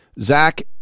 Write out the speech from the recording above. Zach